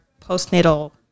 postnatal